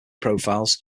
profiles